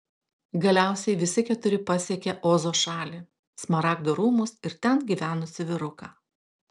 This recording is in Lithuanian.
galiausiai visi keturi pasiekė ozo šalį smaragdo rūmus ir ten gyvenusį vyruką